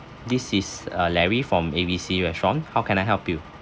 this is uh larry from A B C restaurant how can I help you